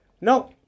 No